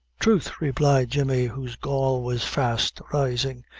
troth, replied jemmy, whose gall was fast rising,